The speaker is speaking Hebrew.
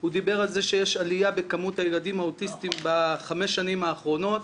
הוא דיבר על זה שיש עלייה בכמות הילדים האוטיסטים בחמש שנים האחרונות.